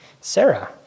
Sarah